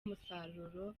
umusaruro